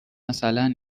مثلا